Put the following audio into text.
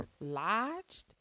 Lodged